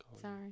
Sorry